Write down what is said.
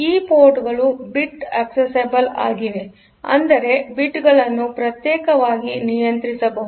ಈ ಪೋರ್ಟ್ ಗಳು bit accessible ಆಗಿವೆಅಂದರೆ ಬಿಟ್ಗಳನ್ನು ಗಳನ್ನು ಪ್ರತ್ಯೇಕವಾಗಿ ನಿಯಂತ್ರಿಸಬಹುದು